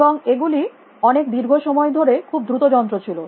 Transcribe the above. এবং এগুলি অনেক দীর্ঘ সময় ধরে খুব দ্রুত যন্ত্র ছিল